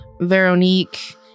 Veronique